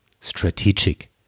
strategic